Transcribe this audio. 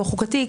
לא חוקתי,